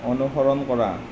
অনুসৰণ কৰা